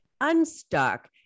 unstuck